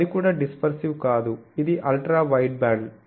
అది కూడా డిస్పర్సివ్ కాదు ఇది అల్ట్రా వైడ్బ్యాండ్